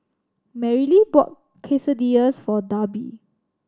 Merrilee bought Quesadillas for Darby